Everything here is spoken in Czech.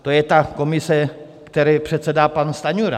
To je ta komise, které předsedá pan Stanjura.